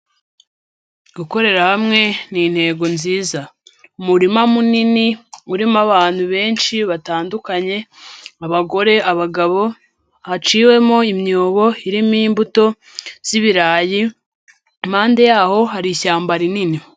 Gukorera hamwe ni intego nziza. Umurima munini urimo abantu benshi batandukanye, abagore, abagabo, haciwemo imyobo irimo imbuto z'ibirayi, impande yaho hari ishyamba rinini.